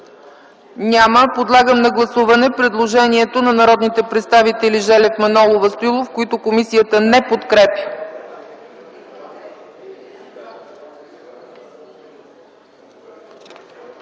няма. Подлагам на гласуване предложението на народните представители Желев, Манолова, Стоилов, които комисията не подкрепя.